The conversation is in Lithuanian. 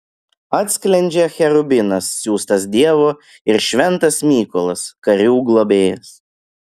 atsklendžia cherubinas siųstas dievo ir šventas mykolas karių globėjas